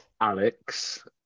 Alex